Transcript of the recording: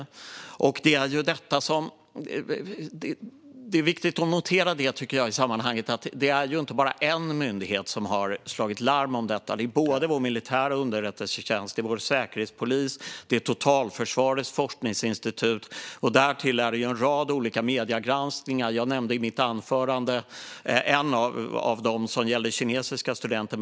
I sammanhanget är det viktigt att notera att det inte bara är en myndighet som har slagit larm om detta; det är vår militära underrättelsetjänst, vår säkerhetspolis och Totalförsvarets forskningsinstitut. Därtill har det gjorts en rad olika mediegranskningar. Jag nämnde i mitt anförande en av dem, som gällde kinesiska studenter.